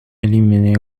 éliminés